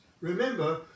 Remember